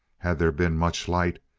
had there been much light,